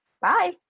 bye